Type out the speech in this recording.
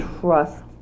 trust